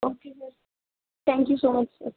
okay sir thank you so much sir